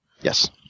Yes